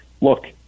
look